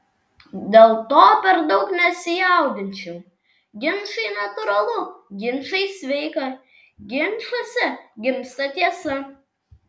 dėl to per daug nesijaudinčiau ginčai natūralu ginčai sveika ginčuose gimsta tiesa